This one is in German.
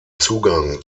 zugang